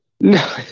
No